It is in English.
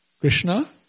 Krishna